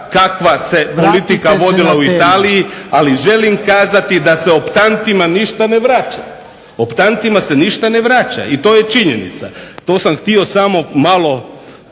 kakva se politika vodi... ali želim kazati da se optantima se ništa ne vraća to je činjenica. To sam htio samo malo